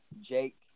Jake